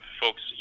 folks